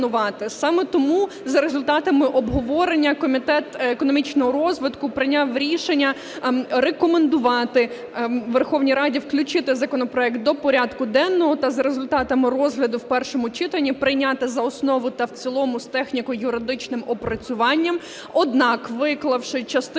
Саме тому за результатами обговорення Комітет економічного розвитку прийняв рішення рекомендувати Верховній Раді включити законопроект до порядку денного та за результатами розгляду в першому читанні прийняти за основу та в цілому з техніко-юридичним опрацюванням, однак, виклавши частину